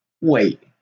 wait